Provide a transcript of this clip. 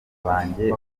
banjye